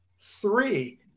Three